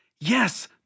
yes